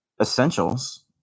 essentials